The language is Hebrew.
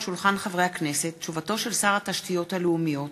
תשובת שר התשתיות הלאומיות,